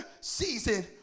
season